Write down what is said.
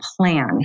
plan